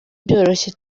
byoroshye